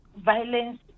violence